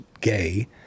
gay